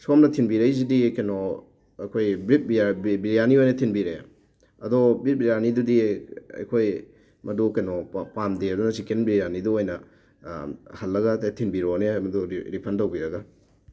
ꯁꯣꯝꯅ ꯊꯤꯟꯕꯤꯔꯛꯏꯁꯤꯗꯤ ꯀꯩꯅꯣ ꯑꯩꯈꯣꯏ ꯕꯤꯞ ꯕꯤꯔꯌꯥꯅꯤ ꯑꯣꯏꯅ ꯊꯤꯟꯕꯤꯔꯛꯑꯦ ꯑꯗꯣ ꯕꯤꯞ ꯕꯤꯔꯌꯥꯅꯤꯗꯨꯗꯤ ꯑꯩꯈꯣꯏ ꯃꯗꯨ ꯀꯩꯅꯣ ꯄꯥꯝꯗꯦ ꯑꯗꯨꯅ ꯆꯤꯛꯀꯟ ꯕꯤꯔꯌꯥꯅꯤꯗꯨ ꯑꯣꯏꯅ ꯍꯜꯂꯒ ꯑꯝꯇ ꯊꯤꯟꯕꯤꯔꯛꯑꯣꯅꯦ ꯔꯤꯐꯟ ꯇꯧꯕꯤꯔꯒ